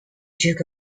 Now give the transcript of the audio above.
duke